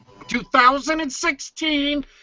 2016